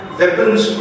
weapons